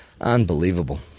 Unbelievable